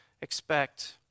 expect